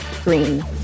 Green